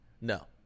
no